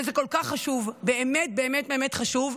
וזה כל כך חשוב, באמת באמת באמת חשוב.